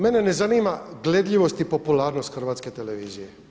Mene ne zanima gledljivost i popularnost Hrvatske televizije.